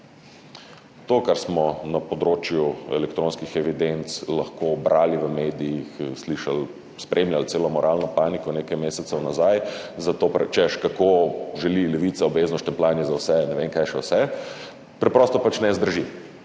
To, kar smo na področju elektronskih evidenc lahko brali v medijih, slišali, spremljali celo moralno paniko nekaj mesecev nazaj, češ kako želi Levica obvezno štempljanje za vse, ne vem kaj še vse, preprosto pač ne zdrži.